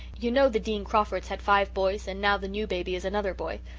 you know the dean crawfords had five boys and now the new baby is another boy.